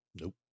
Nope